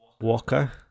Walker